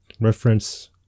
reference